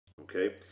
okay